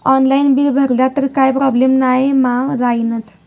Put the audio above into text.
Online bill भरला तर काय प्रोब्लेम नाय मा जाईनत?